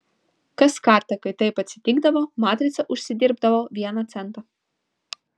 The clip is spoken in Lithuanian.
kas kartą kai taip atsitikdavo matrica užsidirbdavo vieną centą